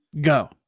Go